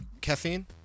caffeine